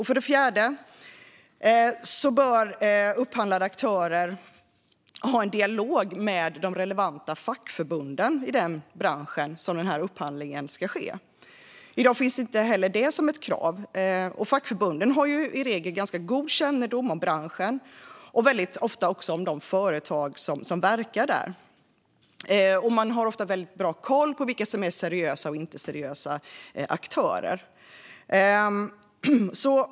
För det fjärde bör upphandlande aktörer ha en dialog med relevanta fackförbund i den bransch där upphandlingen ska ske. I dag finns inte heller det som något krav. Fackförbunden har i regel ganska god kännedom om branschen och väldigt ofta också om de företag som verkar där. De har ofta väldigt bra koll på vilka som är seriösa och vilka som inte är seriösa aktörer.